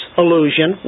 illusion